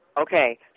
Okay